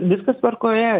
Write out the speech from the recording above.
viskas tvarkoje